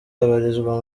abarizwa